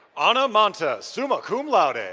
ana monta, summa cum laude. and